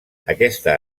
aquesta